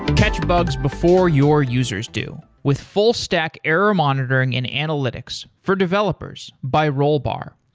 catch bugs before your users do with full stack error monitoring in analytics, for developers, by rollbar.